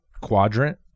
quadrant